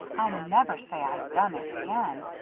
i'll never say i done it again!